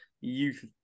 youth